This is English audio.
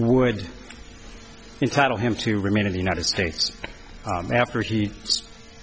would entitle him to remain in the united states after he